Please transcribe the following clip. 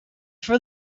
for